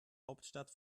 hauptstadt